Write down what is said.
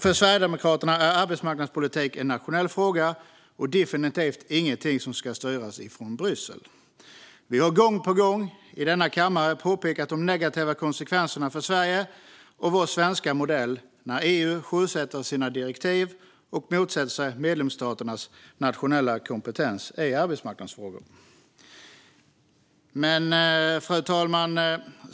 För Sverigedemokraterna är arbetsmarknadspolitik en nationell fråga och definitivt ingenting som ska styras från Bryssel. Vi har gång på gång i denna kammare påpekat de negativa konsekvenserna för Sverige och vår svenska modell när EU sjösätter sina direktiv och motsätter sig medlemsstaternas nationella kompetens i arbetsmarknadsfrågor. Fru talman!